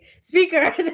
speaker